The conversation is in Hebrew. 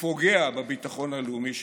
ופוגע בביטחון הלאומי שלנו.